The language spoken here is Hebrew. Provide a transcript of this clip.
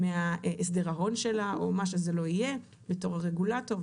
מהסדר ההון שלה או מה שזה לא יהיה בתור הרגולטור,